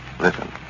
Listen